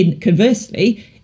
Conversely